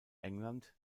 england